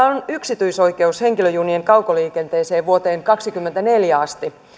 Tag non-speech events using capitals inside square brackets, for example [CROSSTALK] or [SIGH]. [UNINTELLIGIBLE] on yksityisoikeus henkilöjunien kaukoliikenteeseen vuoteen kaksikymmentäneljä asti